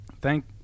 thank